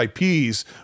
IPs